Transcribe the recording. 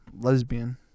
lesbian